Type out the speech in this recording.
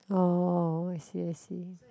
oh I see I see